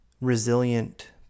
resilient